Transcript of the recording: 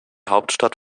hauptstadt